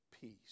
Peace